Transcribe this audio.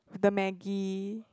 the Maggi